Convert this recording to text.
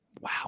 Wow